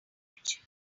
language